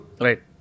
Right